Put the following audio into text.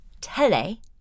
tele